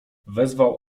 wezwał